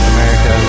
America